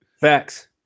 Facts